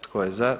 Tko je za?